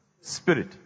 spirit